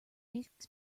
makes